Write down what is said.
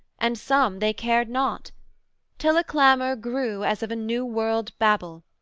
and some they cared not till a clamour grew as of a new-world babel,